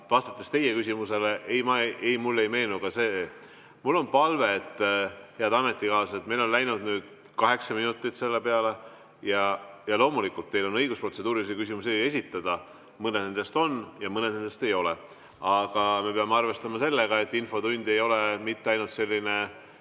vastates teie küsimusele: ei, mulle ei meenu ka see. Mul on palve, head ametikaaslased. Meil on läinud nüüd kaheksa minutit selle peale, ja loomulikult teil on õigus protseduurilisi küsimusi esitada – mõned nendest on ja mõned nendest ei ole [protseduurilised] –, aga me peame arvestama sellega, et infotund ei ole mitte ainult selline